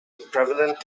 prevalent